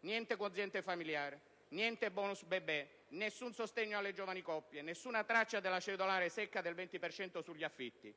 niente quoziente familiare, niente *bonus* bebè, nessun sostegno alle giovani coppie, nessuna traccia della cedolare secca del 20 per cento sugli affitti.